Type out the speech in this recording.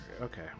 Okay